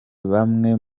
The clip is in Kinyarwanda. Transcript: bamwe